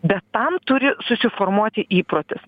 bet tam turi susiformuoti įprotis